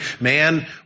man